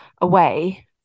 away